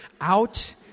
out